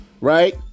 right